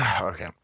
Okay